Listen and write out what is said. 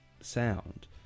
sound